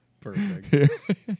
perfect